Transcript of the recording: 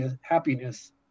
happiness